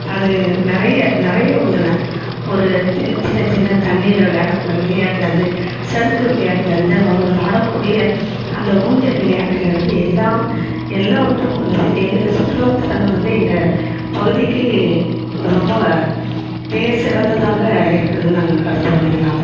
அது நிறைய நிறைய உள்ளன ஒரு சின்ன சின்ன சின்ன தண்ணியில் விளையாடக்கூடிய விளையாட்டுலருந்து சறுக்கு விளையாட்டுலருந்து அவர்கள் ஆடக்கூடிய அந்த ஊஞ்சல் விளையாட்டில் இருந்து எல்லா எல்லாவற்றும் உள்ளது எங்கள் சுற்றுலாத்தலங்கள் வந்து எங்கள் பகுதிக்கு ரொம்ப பேர் சிறந்ததாக இருக்கிறதுனு நாங்கள் கருதுறோம் இதனால